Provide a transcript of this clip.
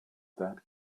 that